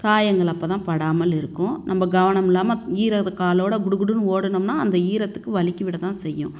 காயங்கள் அப்போ தான் படாமல் இருக்கும் நம்ப கவனம் இல்லாமல் ஈர காலோடு குடுகுடுன்னனு ஓடினோம்னா அந்த ஈரத்துக்கு வழுக்கி விட தான் செய்யும்